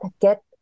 get